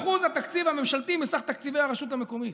אחוז התקציב הממשלתי מסך תקציבי הרשות המקומית.